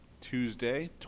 Tuesday